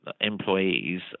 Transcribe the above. employees